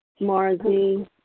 Marzi